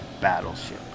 battleship